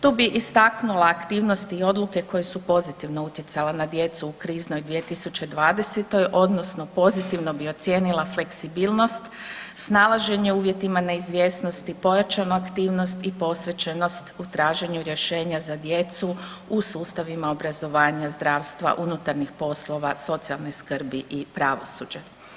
Tu bi istaknula aktivnosti i odluke koje su pozitivno utjecale na djecu u kriznoj 2020. odnosno pozitivno bi ocijenila fleksibilnost, snalaženje u uvjetima neizvjesnosti, pojačanu aktivnost i posvećenost u traženju rješenja za djecu u sustavima obrazovanja zdravstva, unutarnjih poslova, socijalne skrbi i pravosuđe.